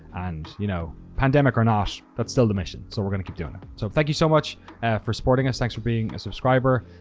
and you know, pandemic or not, that's still the mission. so we're going to keep doing it. so thank you so much for supporting us. thanks for being a subscriber.